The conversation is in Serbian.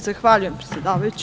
Zahvaljujem.